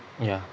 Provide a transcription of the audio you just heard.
ya